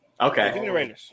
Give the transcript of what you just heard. Okay